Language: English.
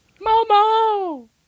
Momo